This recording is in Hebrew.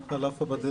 אתה שם לב.